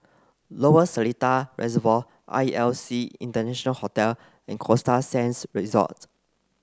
Lower Seletar Reservoir R E L C International Hotel and Costa Sands Resort